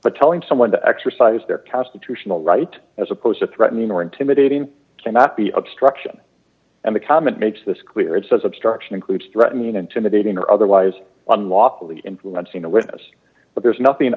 but telling someone to exercise their constitutional right as opposed to threatening or intimidating cannot be obstruction and the comment makes this clear it says obstruction includes threatening intimidating or otherwise unlawfully influencing a witness but there's nothing